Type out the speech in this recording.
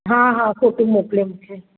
हा हा फोटू मोकिलियो मूंखे